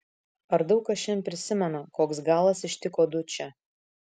ar daug kas šiandien prisimena koks galas ištiko dučę